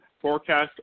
forecast